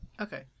okay